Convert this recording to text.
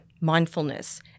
mindfulness